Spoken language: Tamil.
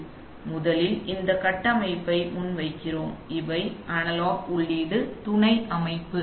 நாங்கள் முதலில் இந்த கட்டமைப்பை முன்வைக்கிறோம் இது அனலாக் உள்ளீட்டு துணை அமைப்பு